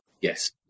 Yes